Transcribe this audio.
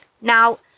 Now